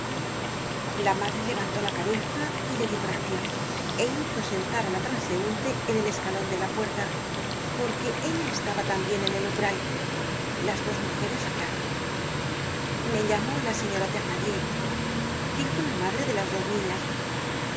la madre levantó la cabeza y le dió gracias é hizo sentar á la transeunte en el escalon de la puerta porque ella estaba tambien en el umbral las dos mujeres hablaron me llamo la señora thenardier dijo la madre de las dos niñas